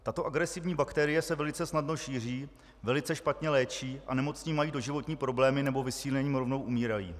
Tato agresivní bakterie se velice snadno šíří, velice špatně léčí a nemocní mají doživotní problémy, nebo vysílením rovnou umírají.